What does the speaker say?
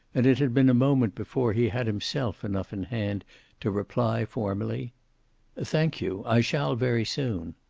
and it had been a moment before he had himself enough in hand to reply, formally thank you. i shall, very soon.